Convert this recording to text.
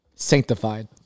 Sanctified